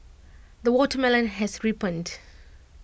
the watermelon has ripened